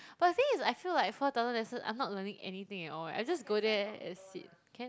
but the thing is I feel like four thousand lesson I'm not learning anything at all eh I just go there and sit can